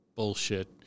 bullshit